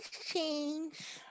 change